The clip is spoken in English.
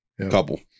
Couple